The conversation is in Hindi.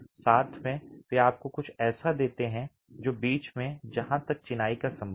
साथ में वे आपको कुछ ऐसा देते हैं जो बीच में है जहाँ तक चिनाई का संबंध है